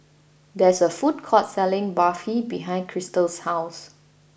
there is a food court selling Barfi behind Krystal's house